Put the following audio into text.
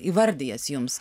įvardijęs jums